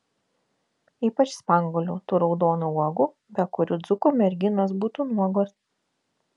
ypač spanguolių tų raudonų uogų be kurių dzūkų mergos būtų nuogos